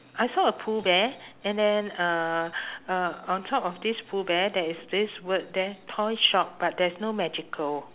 I saw a pooh bear and then uh uh on top of this pooh bear there is this word there toy shop but there is no magical